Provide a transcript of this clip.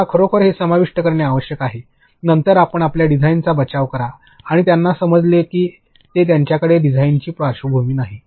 मला खरोखर हे समाविष्ट करणे आवश्यक आहे नंतर आपण आपल्या डिझाइनचा बचाव करा आणि त्यांना समजले की ते त्यांच्याकडे डिझाइन पार्श्वभूमी नाही